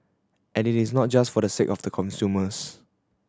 and it is not just for the sake of the consumers